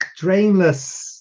Drainless